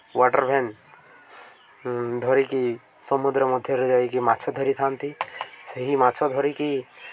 water van ଧରିକି ସମୁଦ୍ର ମଧ୍ୟରେ ଯାଇକି ମାଛ ଧରିଥାନ୍ତି ସେହି ମାଛ ଧରିକି